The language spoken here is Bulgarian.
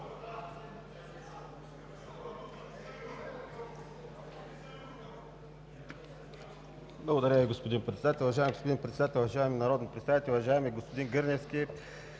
Уважаеми господин Председател, уважаеми народни представители! Уважаеми господин Гърневски,